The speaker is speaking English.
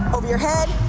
over your head,